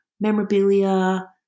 memorabilia